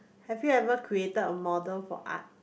have you ever created of model for art